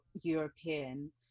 european